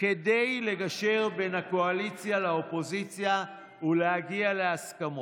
כדי לגשר בין הקואליציה לאופוזיציה ולהגיע להסכמות.